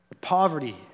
poverty